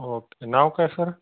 okay नाव काय sir